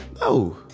No